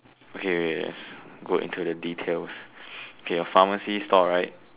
okay wait wait let's go into the details okay your pharmacy stall right